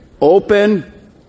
Open